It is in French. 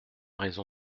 raison